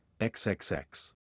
XXX